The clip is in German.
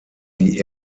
die